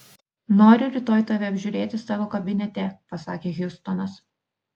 noriu rytoj tave apžiūrėti savo kabinete pasakė hjustonas